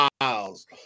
Miles